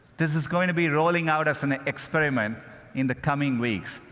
this is going to be rolling out as an experiment in the coming weeks.